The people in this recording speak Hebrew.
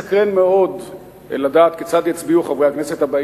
יהיה מסקרן מאוד לדעת כיצד יצביעו בסוף